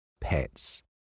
pets